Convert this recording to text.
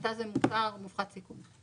שמבחינתה זה מוצר מופחת סיכון.